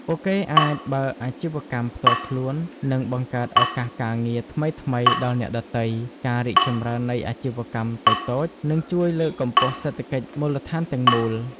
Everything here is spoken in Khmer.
ពួកគេអាចបើកអាជីវកម្មផ្ទាល់ខ្លួន និងបង្កើតឱកាសការងារថ្មីៗដល់អ្នកដទៃ ការរីកចម្រើននៃអាជីវកម្មតូចៗ នឹងជួយលើកកម្ពស់សេដ្ឋកិច្ចមូលដ្ឋានទាំងមូល។